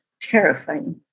terrifying